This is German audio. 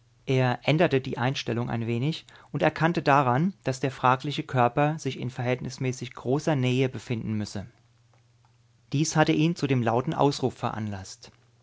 er änderte die einstellung ein wenig und erkannte daran daß der fragliche körper sich in verhältnismäßig großer nähe befinden müsse dies hatte ihn zu dem lauten ausruf veranlaßt